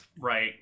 Right